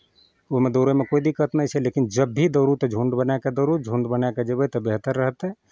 ओहिमे दौड़यमे कोइ दिक्कत नहि छै लेकिन जब भी दौड़ू तऽ झुण्ड बनाए कऽ दौड़ू झुण्ड बनाए कऽ जेबै तऽ बेहतर रहतै